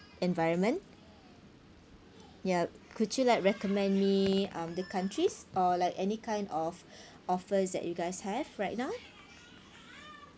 environment yup could you like recommend me um the countries or like any kind of offers that you guys have right now